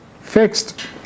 fixed